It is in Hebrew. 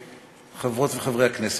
חברות וחברי הכנסת,